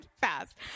fast